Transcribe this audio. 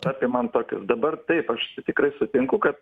apimant tokius dabar taip aš tikrai sutinku kad